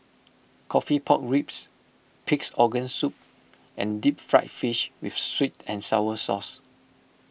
Coffee Pork Ribs Pig's Organ Soup and Deep Fried Fish with Sweet and Sour Sauce